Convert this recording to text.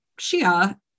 Shia